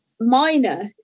minor